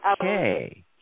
Okay